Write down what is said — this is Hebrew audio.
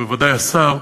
וודאי השר,